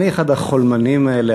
אני אחד החולמנים האלה,